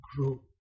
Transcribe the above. grow